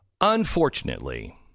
Unfortunately